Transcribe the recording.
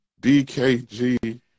DKG